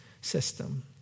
system